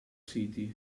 city